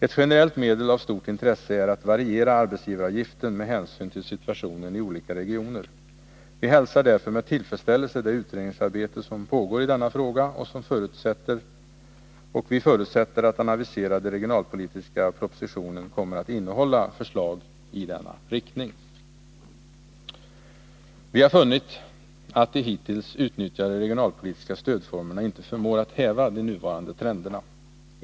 Ett generellt medel av stort intresse är att variera arbetsgivaravgiften med hänsyn till situationen i olika regioner. Vi hälsar därför med tillfredsställelse det utredningsarbete som pågår i denna fråga och förutsätter att den aviserade regionalpolitiska propositionen kommer att innehålla förslag i denna riktning. > Vi har funnit att de hittills utnyttjade regionalpolitiska stödformerna inte förmår häva de nuvarande trenderna.